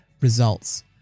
results